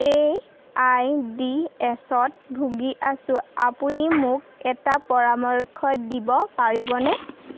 এ আই ডি এচত ভুগি আছোঁ আপুনি মোক এটা পৰামৰ্শ দিব পাৰিবনে